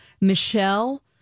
Michelle